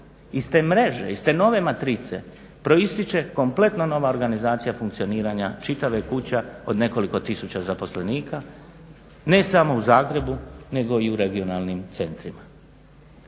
iz te mreže, iz te nove matrice proističe kompletno nova organizacija funkcioniranja čitavih kuća od nekoliko tisuća zaposlenika ne samo u Zagrebu nego i u regionalnim centrima.